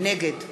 נגד